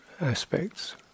aspects